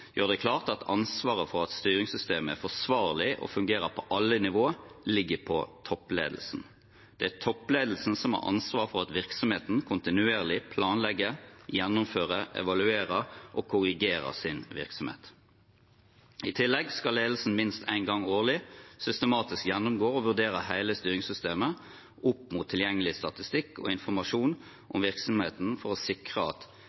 gjør det klart at ansvaret for at styringssystemet er forsvarlig og fungerer på alle nivå, ligger på toppledelsen. Det er toppledelsen som har ansvaret for at virksomheten kontinuerlig planlegger, gjennomfører, evaluerer og korrigerer sin virksomhet. I tillegg skal ledelsen minst en gang årlig systematisk gjennomgå og vurdere hele styringssystemet opp mot tilgjengelig statistikk og informasjon om virksomheten, for å sikre at